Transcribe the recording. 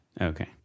okay